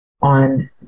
on